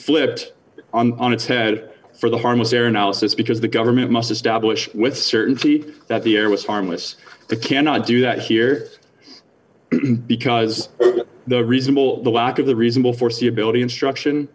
flipped on its head for the harmless error analysis because the government must establish with certainty that the air was harmless the cannot do that here because the reasonable the lack of the reasonable foreseeability instruction